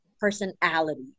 personality